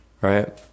right